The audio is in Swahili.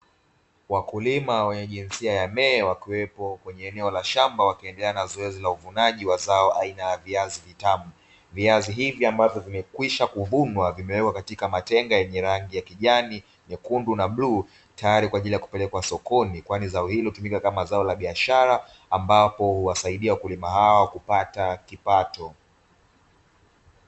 Wakulima wenye jinsia ya "ME" wakiwepo kwenye eneo la shamba, wakiendelea na zoezi la uvunaji wa zao aina ya viazi vitamu. Viazi hivi ambavyo vimekwisha kuvunwa, vimewekwa katika matenga yenye rangi ya; kijani, mekundu na bluu. Tayari kwa ajili ya kupelekwa sokoni, kwani zao hilo hutumika kama zao la biashara ambapo huwasaidia wakulima hawa kupata kipato.